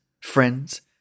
friends